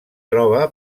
troba